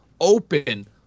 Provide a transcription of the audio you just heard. open